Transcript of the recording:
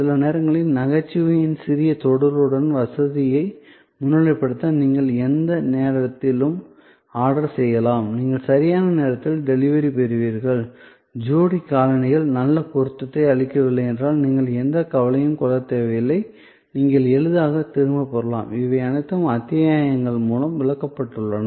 சில நேரங்களில் நகைச்சுவையின் சிறிய தொடுதலுடன் வசதியை முன்னிலைப்படுத்த நீங்கள் எந்த நேரத்திலும் ஆர்டர் செய்யலாம் நீங்கள் சரியான நேரத்தில் டெலிவரி பெறுவீர்கள் ஜோடி காலணிகள் நல்ல பொருத்தத்தை அளிக்கவில்லை என்றால் நீங்கள் எந்த கவலையும் கொள்ளத் தேவையில்லை நீங்கள் எளிதாக திரும்ப பெறலாம் இவை அனைத்தும் அத்தியாயங்கள் மூலம் விளக்கப்பட்டுள்ளன